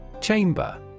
Chamber